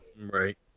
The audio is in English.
Right